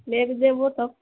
लए कऽ जेबौ तब